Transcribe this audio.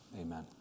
amen